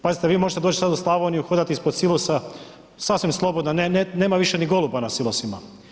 Pazite, vi možete doć sad u Slavoniju i hodati ispod silosa, sasvim slobodno, nema više ni goluba na silosima.